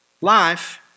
Life